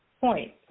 point